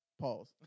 Pause